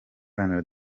iharanira